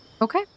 Okay